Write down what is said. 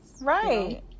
right